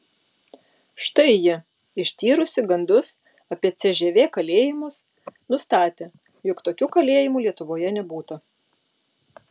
štai ji ištyrusi gandus apie cžv kalėjimus nustatė jog tokių kalėjimų lietuvoje nebūta